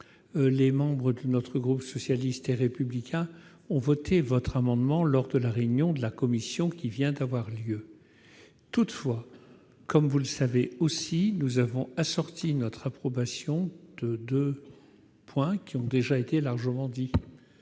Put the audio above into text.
les membres du groupe socialiste et républicain ont voté votre amendement lors de la réunion de commission qui vient d'avoir lieu. Toutefois, comme vous le savez aussi, nous avons assorti notre approbation de deux points déjà largement